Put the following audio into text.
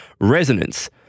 resonance